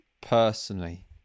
personally